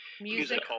music